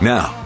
Now